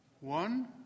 one